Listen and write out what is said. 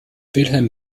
wilhelm